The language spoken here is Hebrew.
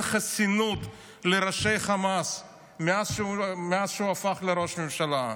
חסינות לראשי החמאס מאז שהוא הפך לראש ממשלה.